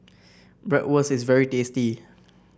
bratwurst is very tasty